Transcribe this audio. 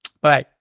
Bye